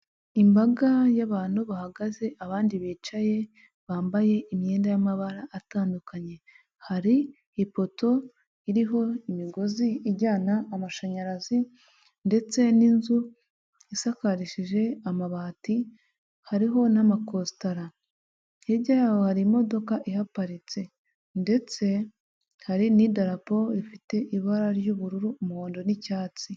Imbaga y'abantu bahagaze, abandi bicaye bambaye imyenda y'amabara atandukanye, hari ifoto iriho imigozi ijyana amashanyarazi ndetse n'inzu isakarishije amabati hariho n'amakostara hirya yaho hari imodoka ihaparitse ndetse hari n'idarapo rifite ibara ry'ubururu umuhondo n'icyatsi.